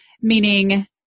meaning